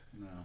No